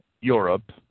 Europe